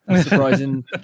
Surprising